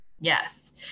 Yes